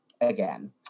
again